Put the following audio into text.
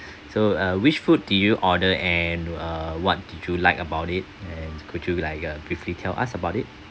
so uh which food did you order and uh what did you like about it and could you like uh briefly tell us about it